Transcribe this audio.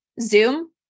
Zoom